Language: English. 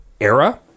era